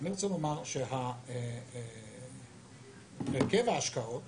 אני רוצה לומר שבהרכב ההשקעות